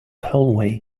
hallway